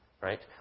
Right